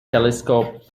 telescope